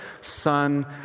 Son